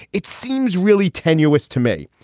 it seems really tenuous to me.